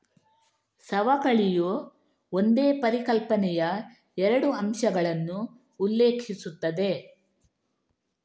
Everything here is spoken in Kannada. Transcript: ಸವಕಳಿಯು ಒಂದೇ ಪರಿಕಲ್ಪನೆಯ ಎರಡು ಅಂಶಗಳನ್ನು ಉಲ್ಲೇಖಿಸುತ್ತದೆ